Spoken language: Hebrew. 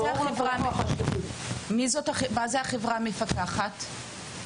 מי החברה המפתחת?